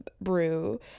brew